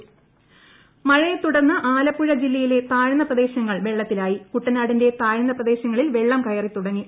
മഴ കുട്ടനാട് മഴയെ തുടർന്ന് ആല്പ്പുഴ ജില്ലയിലെ താഴ്ന്ന പ്രദേശങ്ങൾ വെള്ളത്തിലായി കുട്ടന്ട്ടിന്റെ താഴ്ന്ന പ്രദേശങ്ങളിൽ വെള്ളം കയറി തുടങ്ങി